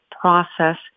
process